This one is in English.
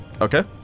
Okay